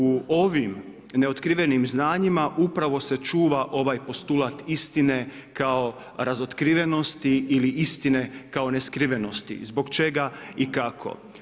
U ovim neotkrivenim znanjima upravo se čuva ovaj postulat istine kao razotkrivenosti ili istine kao neskrivenosti, zbog čega i kako.